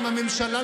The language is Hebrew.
אם הממשלה,